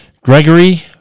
Gregory